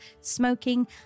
smoking